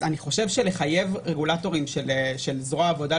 אז לחייב רגולטורים של זרוע העבודה,